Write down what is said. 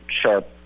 sharp